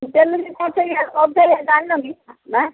ଡେଲ ଜାଣିନକି ନା